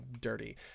dirty